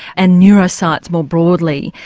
and neuroscience more broadly,